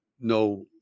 no